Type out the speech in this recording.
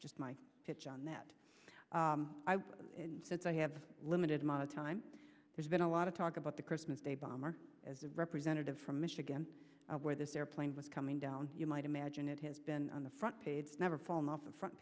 just my pitch on that since i have a limited amount of time there's been a lot of talk about the christmas day bomber as the representative from michigan where this airplane was coming down you might imagine it has been on the front page never fallen off the front